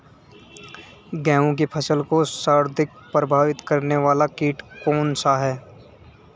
गेहूँ की फसल को सर्वाधिक प्रभावित करने वाला कीट कौनसा है?